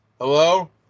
Hello